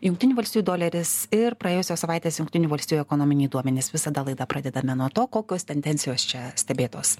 jungtinių valstijų doleris ir praėjusios savaitės jungtinių valstijų ekonominiai duomenys visada laidą pradedame nuo to kokios tendencijos čia stebėtos